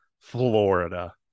florida